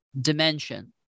dimension